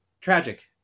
tragic